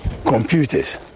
computers